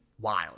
Wild